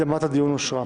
הקדמת הדיון אושרה.